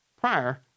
prior